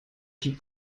que